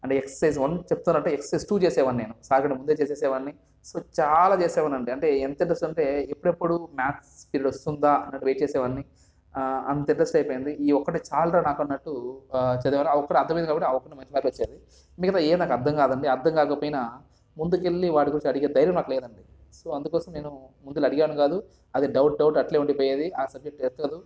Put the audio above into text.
అంటే exercise one చెప్తున్నారంటే exercise two చేసేవాడిని నేను సార్ కన్నా ముందే చేసేసేవాడిని సో చాలా చేసేవాడిని అంటే ఎంత చేసే వాడినంటే ఎప్పుడు ఎప్పుడు మ్యాథ్స్ పిరియడ్ వస్తుందా అని వెయిట్ చేసేవాడిని అంత ఇంట్రెస్ట్ అయిపోయింది ఈ ఒకటే చాలురా నాకు అన్నట్టు చదివాను ఆ ఒకటి అర్థమైంది కాబట్టి మంచి మార్కులు వచ్చాయి మిగతా ఏవీ అర్థం కాదు అండి అర్థం కాకపోయినా ముందుకు ఎళ్ళి వాటి గురించి అడిగే ధైర్యం నాకు లేదు అండి సో అందుకోసం నేను ముందుల అడిగాను కాదు అది డౌట్ డౌట్ అట్లే ఉండిపోయేది ఆ సబ్జెక్ట్ ఎక్కదు